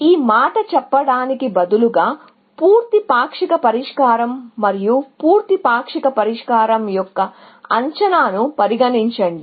ఈ మాట చెప్పడానికి బదులుగా పూర్తి పాక్షిక పరిష్కారం మరియు పూర్తి పాక్షిక పరిష్కారం యొక్క అంచనాను పరిగణించండి